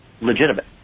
legitimate